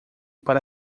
para